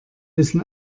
wissen